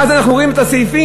ואז אנחנו רואים את הסעיפים,